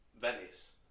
venice